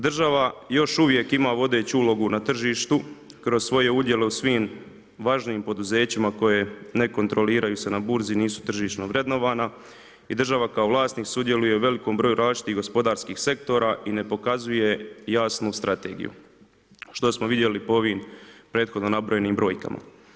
Država još uvijek ima vodeću ulogu na tržištu kroz svoje udjele u svim važnijim poduzećima koje ne kontroliraju se na burzi i nisu tržišno vrednovana i država kao vlasnik sudjeluje u velikom broju različitih gospodarskih sektora i ne pokazuje jasnu strategiju što smo vidjeli po ovim prethodno nabrojenim brojkama.